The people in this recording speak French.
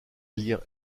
liens